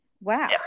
wow